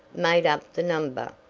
made up the number.